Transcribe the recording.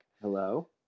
Hello